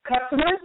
customers